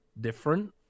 different